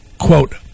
Quote